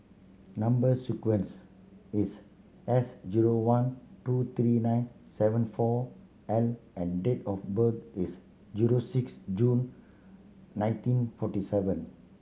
number sequence is S zero one two three nine seven four L and date of birth is zero six June nineteen forty seven